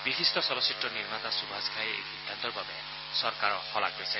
বিশিষ্ট চলচ্চিত্ৰ নিৰ্মাতা সুভাষ ঘায়ে এই সিদ্ধান্তৰ বাবে চৰকাৰৰ শলাগ লৈছে